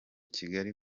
kigali